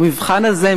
במבחן הזה,